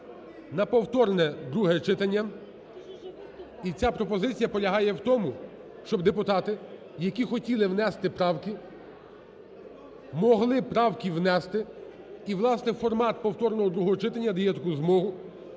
на повторне друге читання. І ця пропозиція полягає в тому, щоб депутати, які хотіли внести правки, могли правки внести, і, власне, формат повторного другого читання дає таку змогу,